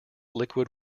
liquid